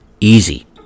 easy